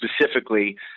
specifically